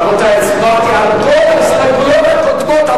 רבותי, הצבעתי על כל ההסתייגויות הקודמות.